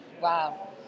Wow